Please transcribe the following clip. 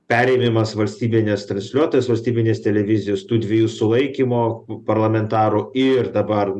perėmimas valstybinis transliuotojas valstybinės televizijos tų dviejų sulaikymo parlamentarų ir dabar